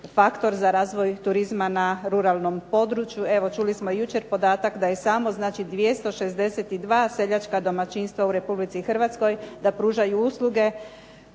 faktor za razvoj turizma na ruralnom području. Evo čuli smo i jučer podatak da je samo znači 262 seljačka domaćinstva u Republici Hrvatskoj da pružaju usluge